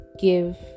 give